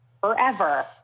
forever